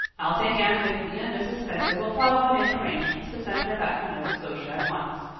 i'll take anne with me and mrs. spencer will probably make arrangements to send her back to nova scotia at once.